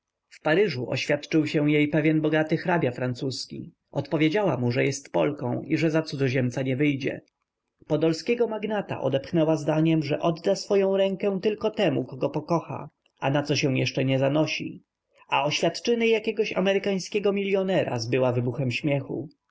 w paryżu oświadczył się jej pewien bogaty hrabia francuski odpowiedziała mu że jest polką i za cudzoziemca nie wyjdzie podolskiego magnata odepchnęła zdaniem że odda swoję rękę tylko temu kogo pokocha a na co się jeszcze nie zanosi a oświadczyny jakiegoś amerykańskiego milionera zbyła wybuchem śmiechu